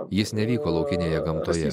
jis nevyko laukinėje gamtoje